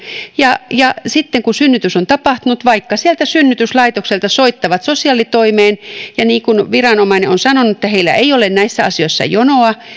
ja ja sitten kun synnytys on tapahtunut vaikka sieltä synnytyslaitokselta soittavat sosiaalitoimeen ja jos viranomainen on sanonut että heillä ei ole näissä asioissa jonoa